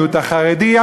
המיעוט החרדי,